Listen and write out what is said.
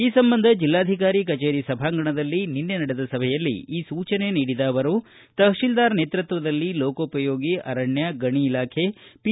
ಈ ಸಂಬಂಧ ಜೆಲ್ಲಾಧಿಕಾರಿ ಕಚೇರಿ ಸಭಾಂಗಣದಲ್ಲಿ ನಿನ್ನೆ ನಡೆದ ಸಭೆಯಲ್ಲಿ ಈ ಸೂಚನೆ ನೀಡಿದ ಅವರು ತಪತೀಲ್ದಾರ್ ನೇತೃತ್ವದಲ್ಲಿ ಲೋಕೋಪಯೋಗಿ ಅರಣ್ಣ ಗಣಿ ಇಲಾಖೆ ಅಧಿಕಾರಿಗಳು ಪಿ